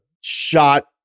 shot